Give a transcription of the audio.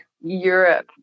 Europe